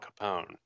Capone